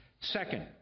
Second